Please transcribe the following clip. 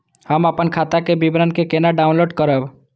हम अपन खाता के विवरण के डाउनलोड केना करब?